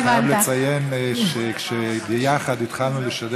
אני חייב לציין שביחד התחלנו לשדר